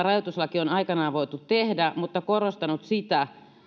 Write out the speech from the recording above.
rajoituslaki on aikanaan voitu tehdä mutta korostanut sitä